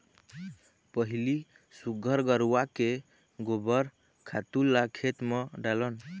पहिली सुग्घर घुरूवा के गोबर खातू ल खेत म डालन